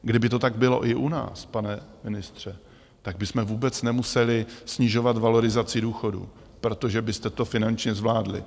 Kdyby to tak bylo i u nás, pane ministře, tak bychom vůbec nemuseli snižovat valorizaci důchodů, protože byste to finančně zvládli.